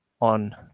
on